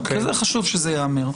כי חשוב שזה ייאמר.